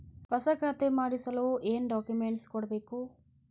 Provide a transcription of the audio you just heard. ಹೊಸ ಖಾತೆ ಮಾಡಿಸಲು ಏನು ಡಾಕುಮೆಂಟ್ಸ್ ಕೊಡಬೇಕು?